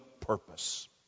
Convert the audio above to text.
purpose